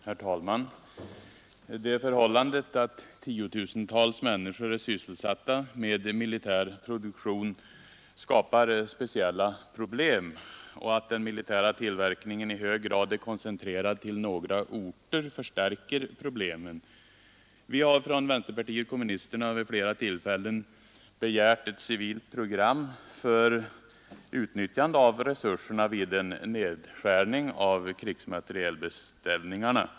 Herr talman! Det förhållandet att tiotusentals människor är sysselsatta med militär produktion skapar speciella problem, och att den militära tillverkningen i hög grad är koncentrerad till några orter förstärker problemen. Vänsterpartiet kommunisterna har vid flera tillfällen begärt ett civilt program för utnyttjande av resurserna vid en nedskärning av krigsmaterielbeställningarna.